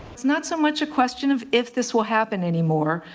it's not so much a question of if this will happen anymore.